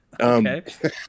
Okay